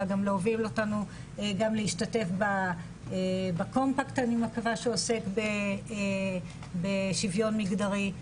אלא גם להוביל אותנו גם להשתתף בקומפקט אני מקווה שעוסק בשוויון מגדרי,